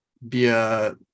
via